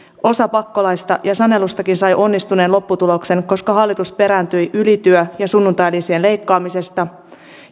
osa pakkolaeista ja sanelustakin sai onnistuneen lopputuloksen koska hallitus perääntyi ylityö ja sunnuntailisien leikkaamisesta